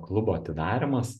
klubo atidarymas